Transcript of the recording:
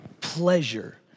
Pleasure